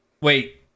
wait